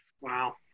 Wow